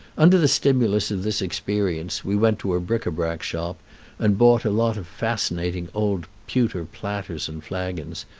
under the stimulus of this experience we went to a bric-a-brac shop and bought a lot of fascinating old pewter platters and flagons,